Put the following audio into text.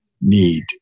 need